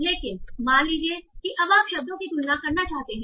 लेकिन मान लीजिए कि अब आप शब्दों की तुलना करना चाहते हैं